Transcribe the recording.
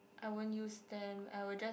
I won't use them I will just